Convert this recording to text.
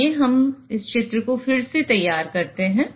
आइए हम चित्र को फिर से तैयार करते हैं